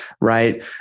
Right